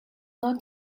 not